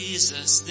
Jesus